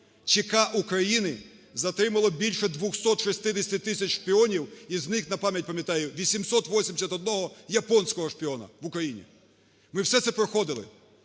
ЧК України затримало більше 260 тисяч шпіонів, із них, напам'ять пам'ятаю, 881 японського шпіона в Україні. Ми все це проходили.